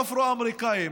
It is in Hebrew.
לאפרו-אמריקנים,